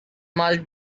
must